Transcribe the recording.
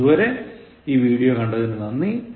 അതുവരെ ഈ വീഡിയോ കണ്ടതിനു നന്ദി